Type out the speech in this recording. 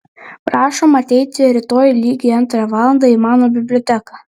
prašom ateiti rytoj lygiai antrą valandą į mano biblioteką